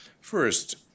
First